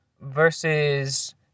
versus